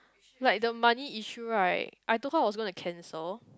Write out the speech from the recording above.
like the money issue right I thought how was going to cancel